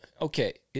okay